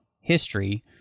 history